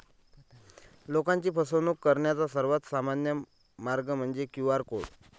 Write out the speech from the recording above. लोकांची फसवणूक करण्याचा सर्वात सामान्य मार्ग म्हणजे क्यू.आर कोड